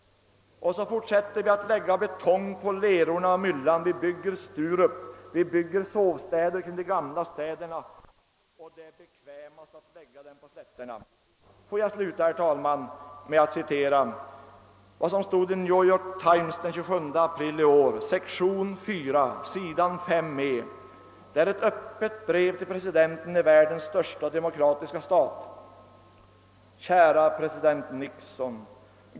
Men vi fortsätter att lägga betong på leran och myllan. Vi bygger Sturup, vi bygger sovstäder kring de gamla städerna, och det är bekvämast att lägga dem på slätterna. Får jag sluta, herr talman, med att citera vad som står i New York Times den 27 april i år, sektion 4 s. 5 E. Det är ett öppet brev till presidenten i världens största demokratiska stat: »Kära president Nixon!